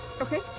okay